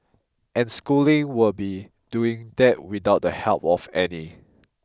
and schooling will be doing that without the help of any